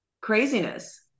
craziness